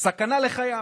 סכנה לחייו.